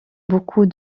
beaucoup